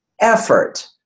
effort